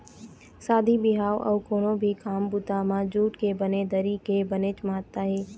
शादी बिहाव अउ कोनो भी काम बूता म जूट के बने दरी के बनेच महत्ता हे